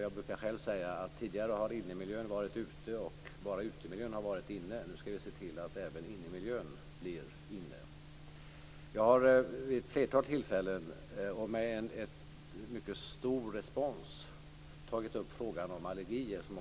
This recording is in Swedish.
Jag brukar själv säga att tidigare var innemiljön ute och utemiljön var inne. Nu skall vi se till att även innemiljön blir inne. Jag har vid ett flertal tillfällen med stor respons tagit upp frågan om allergier.